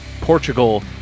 Portugal